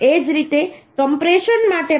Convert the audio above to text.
એ જ રીતે કમ્પ્રેશન માટે પણ 0